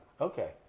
Okay